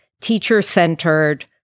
teacher-centered